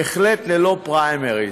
בהחלט ללא פריימריז.